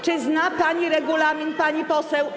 Czy zna pani regulamin, pani poseł?